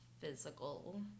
physical